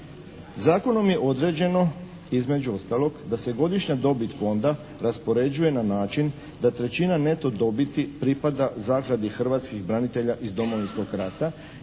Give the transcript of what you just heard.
Zakonom je određeno, između ostalog, da se godišnja dobit Fonda raspoređuje na način da 1/3 neto dobiti pripada Zakladi hrvatskih branitelja iz Domovinskog rata